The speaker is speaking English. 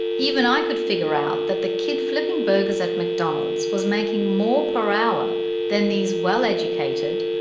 even i could figure out that the kid flipping burgers at mcdonald's was making more per hour than these well-educated,